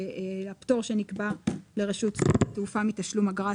והפטור שנקבע לרשות שדות התעופה מתשלום אגרה,